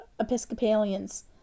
Episcopalians